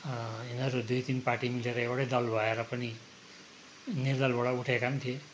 यिनीहरू दुई तिन पार्टी मिलेर एउटै दल भएर पनि निर्दलबाट उठेका पनि थिए